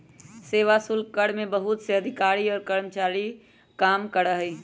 सेवा शुल्क कर में बहुत से अधिकारी और कर्मचारी काम करा हई